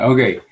Okay